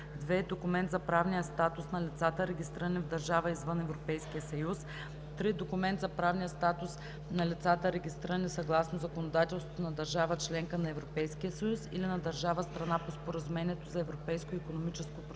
документ за правния статус на лицата, регистрирани в държава извън Европейския съюз; 3. документ за правния статус на лицата, регистрирани съгласно законодателството на държава – членка на Европейския съюз, или на държава – страна по Споразумението за Европейското икономическо пространство;